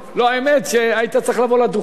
האמת שהיית צריך לבוא לדוכן,